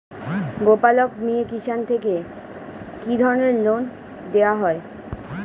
গোপালক মিয়ে কিষান থেকে কি ধরনের লোন দেওয়া হয়?